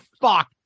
fuck